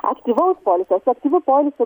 aktyvaus poilsio su aktyviu poilsiu